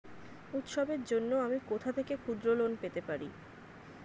উৎসবের জন্য আমি কোথা থেকে ক্ষুদ্র লোন পেতে পারি?